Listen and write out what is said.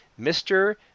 Mr